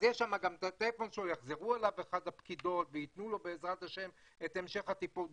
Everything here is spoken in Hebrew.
אז יש שם גם מספר טלפון אליו יחזרו וייתנו לו בעזרת השם את המשך הטיפול.